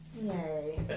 Yay